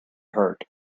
hurt